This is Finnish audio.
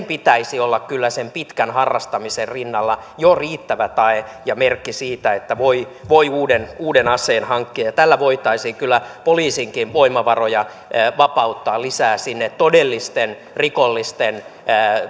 pitäisi olla kyllä sen pitkän harrastamisen rinnalla jo riittävä tae ja merkki siitä että voi voi uuden uuden aseen hankkia tällä voitaisiin kyllä poliisinkin voimavaroja vapauttaa lisää sinne todellisten rikollisten